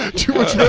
too much